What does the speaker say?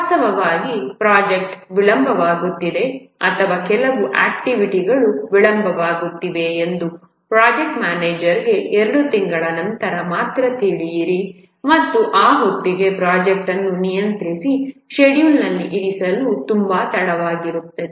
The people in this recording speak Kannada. ವಾಸ್ತವವಾಗಿ ಪ್ರಾಜೆಕ್ಟ್ ವಿಳಂಬವಾಗುತ್ತಿದೆ ಅಥವಾ ಕೆಲವು ಆಕ್ಟಿವಿಟಿಗಳು ವಿಳಂಬವಾಗುತ್ತಿವೆ ಎಂದು ಪ್ರಾಜೆಕ್ಟ್ ಮ್ಯಾನೇಜರ್ಗೆ 2 ತಿಂಗಳ ನಂತರ ಮಾತ್ರ ತಿಳಿಯಿರಿ ಮತ್ತು ಆ ಹೊತ್ತಿಗೆ ಪ್ರಾಜೆಕ್ಟ್ ಅನ್ನು ನಿಯಂತ್ರಿಸಿ ಷೆಡ್ಯೂಲ್ನಲ್ಲಿ ಇರಿಸಲು ತುಂಬಾ ತಡವಾಗಿರುತ್ತದೆ